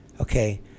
Okay